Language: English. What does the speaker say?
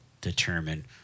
determine